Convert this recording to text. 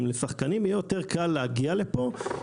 אם לשחקנים יהיה יותר קל להגיע לפה,